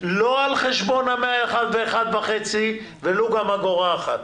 לא על חשבון ה-101.5%, ולו גם אגורה אחת.